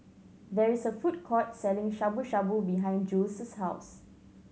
there is a food court selling Shabu Shabu behind Jules' house